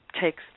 takes